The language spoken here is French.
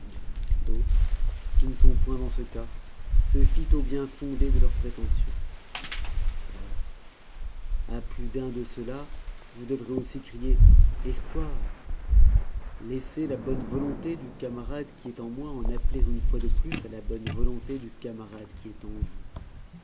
d'autres qui ne sont point dans ce cas se fient au bien fondé de leurs prétentions hélas à plus d'un de ceux-là je devrai aussi crier espoir laissez la bonne volonté du camarade qui est en moi en appeler une fois de plus à la bonne volonté du camarade qui est en vous